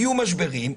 יהיו משברים,